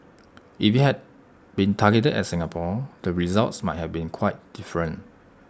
if IT had been targeted at Singapore the results might have been quite different